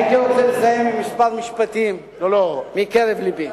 הייתי רוצה לסיים בכמה משפטים מקרב לבי.